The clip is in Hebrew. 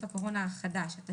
הקורונה החדש) (בידוד בית והוראות שונות) (הוראת שעה),